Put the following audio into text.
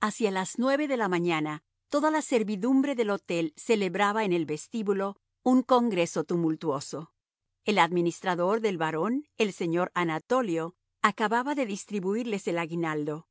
hacia las nueve de la mañana toda la servidumbre del hotel celebraba en el vestíbulo un congreso tumultuoso el administrador del barón el señor anatolio acababa de distribuirles el aguinaldo